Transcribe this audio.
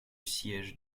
siège